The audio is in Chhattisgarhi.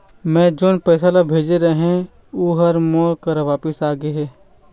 मै जोन पैसा ला भेजे रहें, ऊ हर मोर करा वापिस आ गे हे